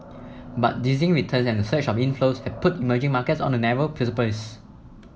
but dizzying returns and a surge of inflows have put emerging markets on a narrow precipice